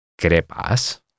crepas